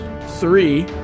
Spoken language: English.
three